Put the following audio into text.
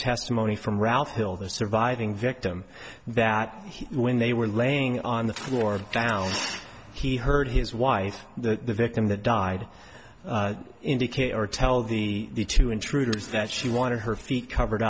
testimony from ralph hill the surviving victim that he when they were laying on the floor down he heard his wife the victim that died indicate or tell the two intruders that she wanted her feet covered